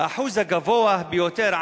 האחוז הגבוה ביותר,